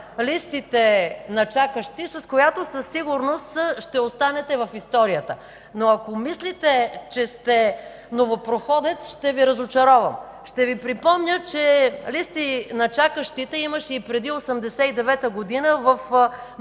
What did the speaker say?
листите на чакащи, с която със сигурност ще останете в историята. Но ако мислите, че сте новопроходец, ще Ви разочаровам. Ще Ви припомня, че листи на чакащите имаше и преди 1989 г. в „Мототехника”.